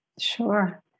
Sure